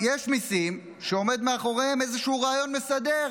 יש מיסים שעומד מאחוריהם איזשהו רעיון מסדר,